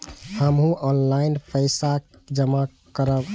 हमू ऑनलाईनपेसा के जमा करब?